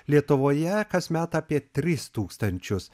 lietuvoje kasmet apie tris tūkstančius